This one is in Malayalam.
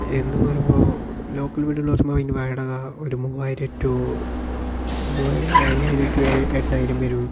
എന്നു പറയുമ്പോൾ ലോക്കൽ വീട് എന്നു പറയുമ്പോ അയിനു വാടക ഒരു മൂവായിരം ടു മൂവായിരം അയ്യായിരം ടു എട്ടായിരം വരും